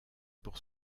pour